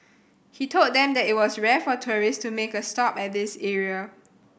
he told them that it was rare for tourists to make a stop at this area